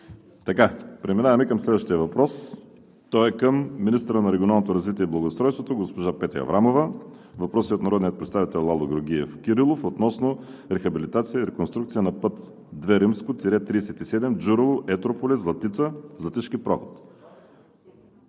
сещате? Преминаваме към следващия въпрос. Той е към министъра на регионалното развитие и благоустройството госпожа Петя Аврамова. Въпросът е от народния представител Лало Георгиев Кирилов относно рехабилитация и реконструкция на път II-37 Джурово – Етрополе – Златица – Златишки проход.